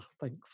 thanks